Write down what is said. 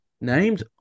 named